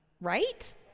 Right